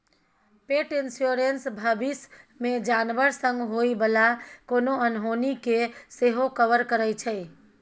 पेट इन्स्योरेन्स भबिस मे जानबर संग होइ बला कोनो अनहोनी केँ सेहो कवर करै छै